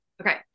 okay